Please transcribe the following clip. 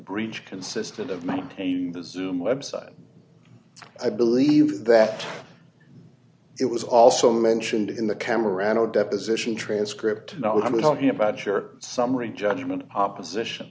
breach consisted of maintaining the zoom lens on i believe that it was also mentioned in the camera no deposition transcript not what i'm talking about your summary judgment opposition